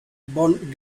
von